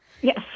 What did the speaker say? Yes